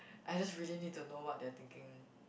I just really need to know what they are thinking